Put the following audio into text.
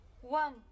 One